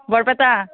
Barpeta